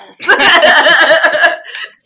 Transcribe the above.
yes